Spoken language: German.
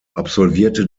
absolvierte